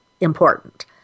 important